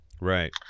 right